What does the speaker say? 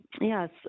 Yes